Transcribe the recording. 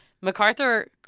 MacArthur